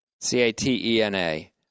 C-A-T-E-N-A